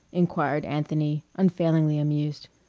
inquired anthony, unfailingly amused.